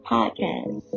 Podcast